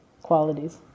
qualities